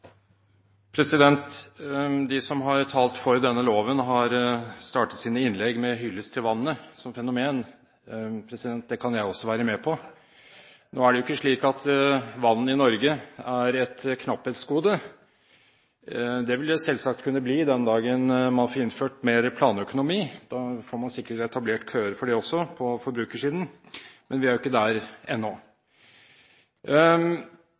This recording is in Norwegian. De som har talt for denne loven, har startet sine innlegg med en hyllest til vannet som fenomen. Det kan jeg også være med på. Nå er det jo ikke slik at vannet i Norge er et knapphetsgode. Det vil det selvsagt kunne bli den dagen man får innført mer planøkonomi. Da får man sikkert etablert køer for det også på forbrukersiden – men vi er jo ikke der ennå.